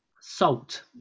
salt